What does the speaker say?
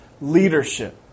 leadership